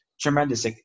tremendous